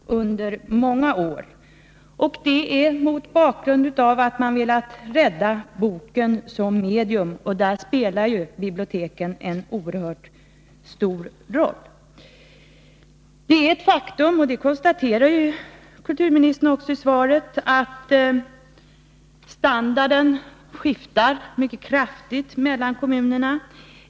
Herr talman! Jag tackar kulturministern för svaret på min fråga, men jag beklagar att det är så pass negativt. ”Rädda boken, rädda biblioteken!” Så har ropen skallat inte bara från författarna utan också från kulturarbetarna över huvud taget i vårt land under många år. Detta har skett mot bakgrund av att man har velat rädda boken som medium, och där spelar ju biblioteken en oerhört stor roll. Det är ett faktum — det konstaterar ju kulturministern också i svaret — att standarden skiftar mycket kraftigt mellan kommunerna.